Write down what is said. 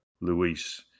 Luis